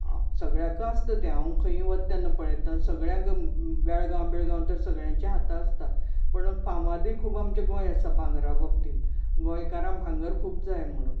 सगळ्याक आसता तें हांव खयूंय वता तेन्ना पळयतां सगळ्याक बेळगांव बिळगांव तर सगळ्यांचे हाता आसता पूण फामादूय खूब आमचें गोंय आसा भांगरा बाबतींत गोंयकारांक भांगर खूब जाय म्हणून